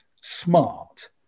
smart